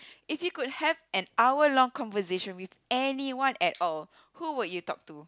if you could have an hour long conversation with anyone at all who would you talk to